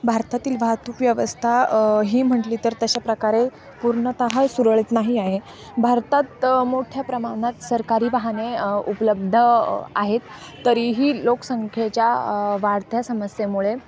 भारतातील वाहतूक व्यवस्था ही म्हटली तर तशाप्रकारे पूर्णतः सुरळीत नाही आहे भारतात मोठ्या प्रमाणात सरकारी वाहने उपलब्ध आहेत तरीही लोकसंख्येच्या वाढत्या समस्येमुळे